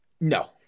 no